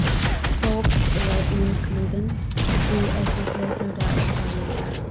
pops rate ꯃꯤꯜ ꯀ꯭ꯂꯤꯗꯟ free ꯑꯦꯛ ꯔꯤꯄ꯭ꯂꯦꯁꯔꯗ ꯑꯣꯐꯔ ꯂꯩꯕ꯭ꯔꯥ